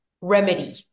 remedy